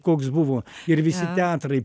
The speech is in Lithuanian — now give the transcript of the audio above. koks buvo ir visi